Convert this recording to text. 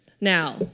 now